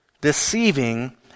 deceiving